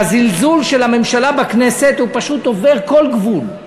והזלזול של הממשלה בכנסת פשוט עובר כל גבול.